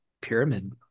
pyramid